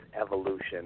evolution